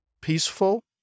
peaceful